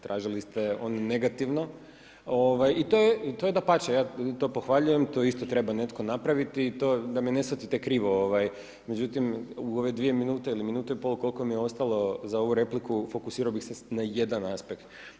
Tražili ste ono negativno i to je dapače, ja to pohvaljujem, to isto treba netko napraviti i to da me ne shvatite krivo, međutim u ove dvije minute ili minutu i pol koliko mi je ostalo za ovu repliku, fokusirao bih se na jedan aspekt.